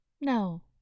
No